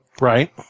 Right